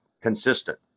consistent